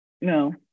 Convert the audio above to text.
No